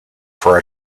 for